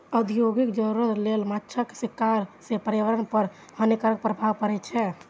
औद्योगिक जरूरत लेल माछक शिकार सं पर्यावरण पर हानिकारक प्रभाव पड़ै छै